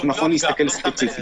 שנכון להסתכל ספציפית.